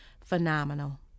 phenomenal